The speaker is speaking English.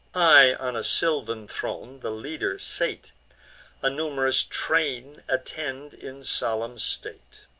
high on a sylvan throne the leader sate a num'rous train attend in solemn state.